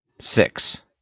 Six